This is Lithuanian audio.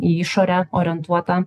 į išorę orientuotą